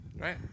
right